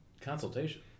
Consultation